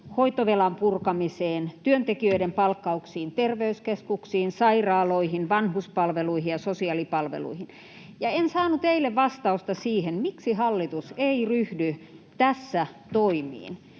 hoitovelan purkamiseen ja työntekijöiden palkkauksiin terveyskeskuksiin, sairaaloihin, vanhuspalveluihin ja sosiaalipalveluihin. En saanut eilen vastausta siihen, miksi hallitus ei ryhdy tässä toimiin.